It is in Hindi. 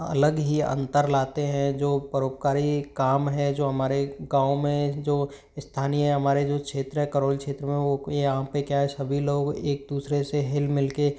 अलग ही अंतर लाते हैं जो परोपकारी काम हैं जो हमारे गांव में जो स्थानीय हमारे जो क्षेत्र हैं करौली क्षेत्र में वो कोई यहाँ पे क्या है सभी लोग एक दूसरे से हिल मिल के